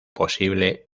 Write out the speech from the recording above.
posible